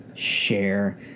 share